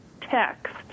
text